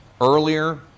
earlier